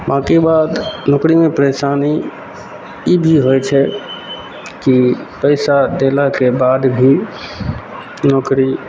बाँकी बात नौकरीमे परेशानी ई भी होइ छै की पैसा देलाके बाद भी नौकरी